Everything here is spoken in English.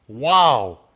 Wow